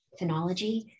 phenology